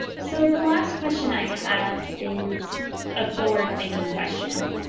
so the last question i have is a forward-thinking question